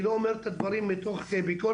אני לא אומר את הדברים מתוך ביקורת,